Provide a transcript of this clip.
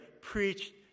preached